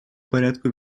порядку